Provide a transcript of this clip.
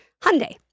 Hyundai